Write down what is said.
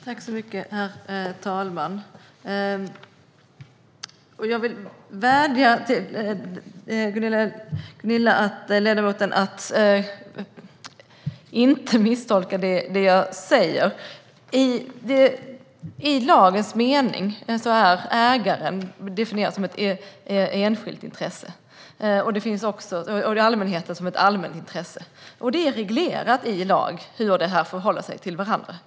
Herr talman! Jag vill vädja till ledamoten att inte misstolka det jag säger. I lagens mening är ägaren definierad som ett enskilt intresse och allmänheten som ett allmänt intresse. Det är reglerat i lag hur de förhåller sig till varandra.